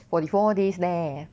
forty four days left